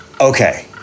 Okay